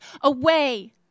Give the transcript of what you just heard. Away